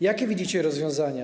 Jakie widzicie rozwiązania?